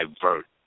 divert